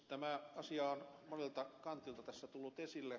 tämä asia on monelta kantilta tässä tullut esille